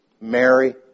Mary